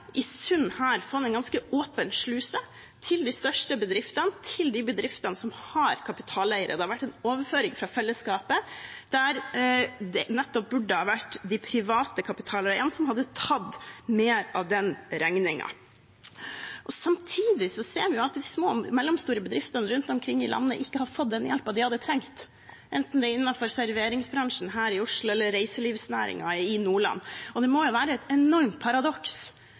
i sum her fått en ganske åpen sluse til de største bedriftene, til de bedriftene som har kapitaleiere. Det har vært en overføring fra fellesskapet der det nettopp burde ha vært de private kapitaleierne som hadde tatt mer av den regningen. Samtidig ser vi at de små og mellomstore bedriftene rundt omkring i landet ikke har fått den hjelpen de hadde trengt, enten det er innenfor serveringsbransjen her i Oslo eller reiselivsnæringen i Nordland. Det må være et enormt paradoks